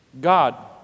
God